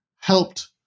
helped